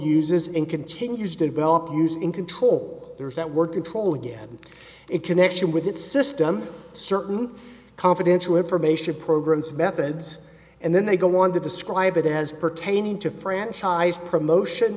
uses and continues develop use in control there's that word control again it connection with its system certain confidential information programs methods and then they go on to describe it as pertaining to franchise promotion